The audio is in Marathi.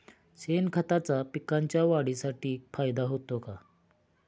शेणखताचा पिकांच्या वाढीसाठी फायदा होतो का?